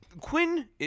Quinn